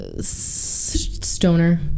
stoner